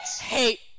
hate